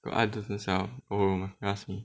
mine doesn't sound don't ask me